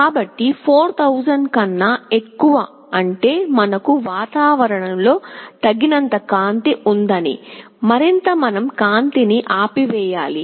కాబట్టి 4000 కన్నా ఎక్కువ అంటే మనకు వాతావరణంలో తగినంత కాంతి ఉందని మరియు మనం కాంతిని ఆపివేయాలి